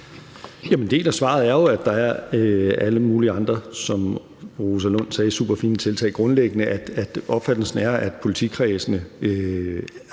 del af svaret er jo, at der er alle mulige andre, som fru Rosa Lund sagde, super fine tiltag. Grundlæggende er opfattelsen, at politikredsene har